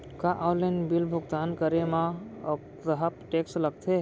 का online bill भुगतान करे मा अक्तहा टेक्स लगथे?